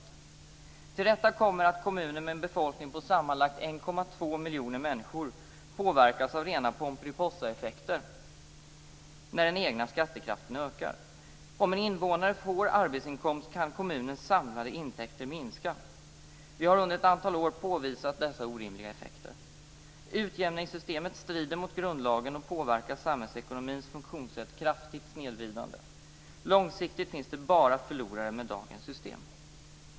Till detta kommer att kommuner med en befolkning om sammanlagt ca 1,2 miljoner människor påverkas av rena pomperipossaeffekter när den egna skattekraften ökar. Om en invånare får arbetsinkomst kan kommunens samlade intäkter minska. Vi har under ett antal år påvisat dessa orimliga effekter. Utjämningssystemet strider mot grundlagen och påverkar kraftigt snedvridande samhällsekonomins funktionssätt. Långsiktigt finns det bara förlorare med dagens system.